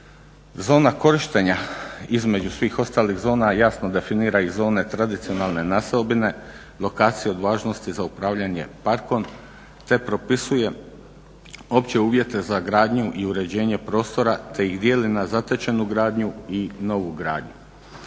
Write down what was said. Zona korištenja između svih ostalih zona jasno definira i zone tradicionalne naseobine, lokacije od važnosti za upravljanje parkom te propisuje opće uvjete za gradnju i uređenje prostora te ih dijeli na zatečenu gradnju i novu gradnju.